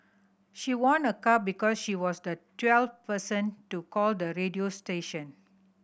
she won a car because she was the twelfth person to call the radio station